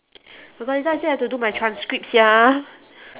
forgot later I still have to do my transcript sia